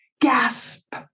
gasp